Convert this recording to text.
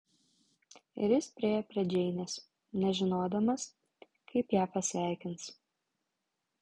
ir jis priėjo prie džeinės nežinodamas kaip ją pasveikins